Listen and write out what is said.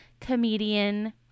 comedian